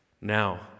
Now